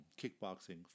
kickboxing